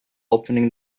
opening